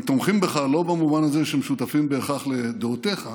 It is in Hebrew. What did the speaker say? הם תומכים בך לא במובן הזה שהם שותפים בהכרח לדעותיך,